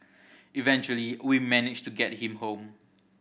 eventually we managed to get him home